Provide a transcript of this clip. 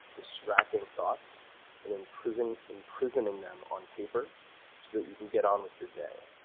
distracting thoughts and imprisoning imprisoning them on paper so that you can get on with your day